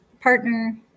partner